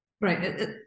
Right